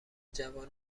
جوان